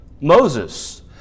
Moses